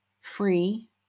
free